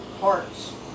parts